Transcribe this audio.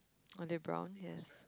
are they brown hairs